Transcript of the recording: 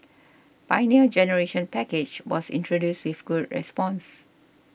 Pioneer Generation Package was introduced with good response